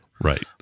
right